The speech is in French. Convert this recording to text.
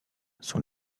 sont